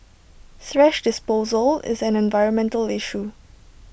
thrash disposal is an environmental issue